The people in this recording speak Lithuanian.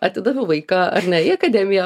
atidaviau vaiką ar ne į akademiją